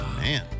man